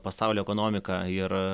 pasaulio ekonomiką ir